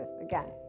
again